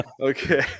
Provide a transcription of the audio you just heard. Okay